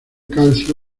calcio